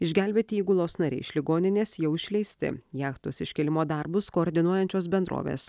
išgelbėti įgulos nariai iš ligoninės jau išleisti jachtos iškėlimo darbus koordinuojančios bendrovės